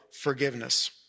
forgiveness